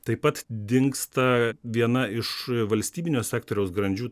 taip pat dingsta viena iš valstybinio sektoriaus grandžių